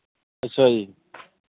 ਅੱਛਾ ਜੀ